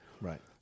Right